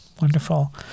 Wonderful